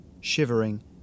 Shivering